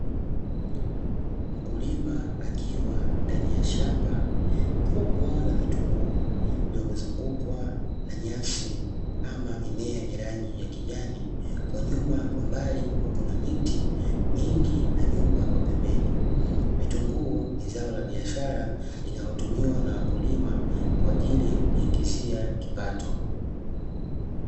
Mkulima akiwa ndani ya shamba kubwa la vitunguu, linalozungukwa na nyasi ama mimea yenye rangi ya kijani. Kwa nyuma kwa mbali kukiwa na miti mingi na nyumba kwa pembeni. Vitunguu ni zao la biashara, linalotumiwa na wakulima kwa ajili ya kujiingizia kipato.